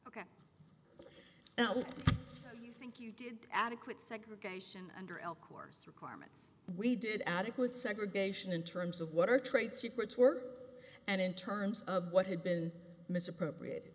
well now i think you did adequate segregation under el corps requirements we did adequate segregation in terms of what our trade secrets were and in terms of what had been misappropriated